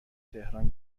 تهران